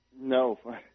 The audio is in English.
No